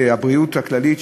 הבריאות הכללית,